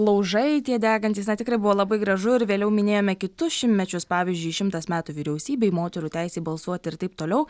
laužai tie degantys na tikrai buvo labai gražu ir vėliau minėjome kitus šimtmečius pavyzdžiui šimtas metų vyriausybei moterų teisė balsuoti ir taip toliau